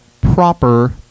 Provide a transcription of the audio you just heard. proper